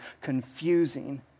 confusing